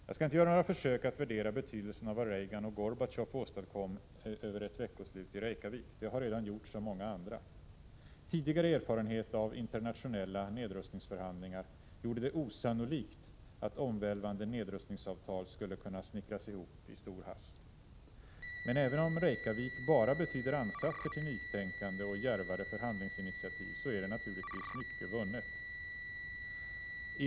Jag skall inte göra något försök att värdera betydelsen av vad Reagan och Gorbatjov åstadkom över ett veckoslut i Reykjavik. Det har redan gjorts av många andra. Tidigare erfarenhet av internationella nedrustningsförhandlingar gjorde det osannolikt att omvälvande nedrustningsavtal skulle kunna snickras ihop i stor hast. Men även om mötet i Reykjavik bara betyder ansatser till nytäkande och djärvare förhandlingsinitiativ, så är naturligtvis mycket vunnet.